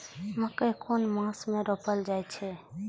मकेय कुन मास में रोपल जाय छै?